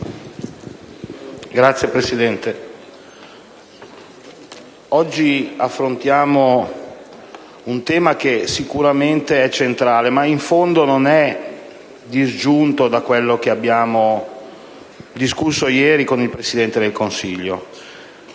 Signor Presidente, oggi affrontiamo un tema sicuramente centrale, ma in fondo non disgiunto da quello che abbiamo discusso ieri con il Presidente del Consiglio.